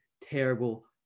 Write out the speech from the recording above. terrible